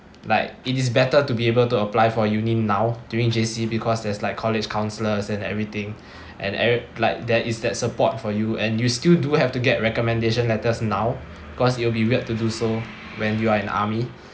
like it is better to be able to apply for uni now during J_C because there's like college counsellors and everything and eve~ like there is that support for you and you still do have to get recommendation letters now 'cause it will be weird to do so when you are in army